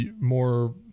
more